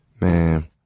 man